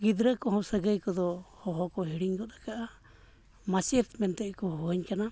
ᱜᱤᱫᱽᱨᱟᱹ ᱠᱚᱦᱚᱸ ᱥᱟᱹᱜᱟᱹᱭ ᱠᱚᱫᱚ ᱦᱚᱦᱚ ᱠᱚ ᱦᱤᱲᱤᱧ ᱜᱚᱫ ᱟᱠᱟᱫᱼᱟ ᱢᱟᱪᱮᱫ ᱢᱮᱱ ᱛᱮᱜᱮ ᱠᱚ ᱦᱚᱦᱚᱣᱟᱹᱧ ᱠᱟᱱᱟ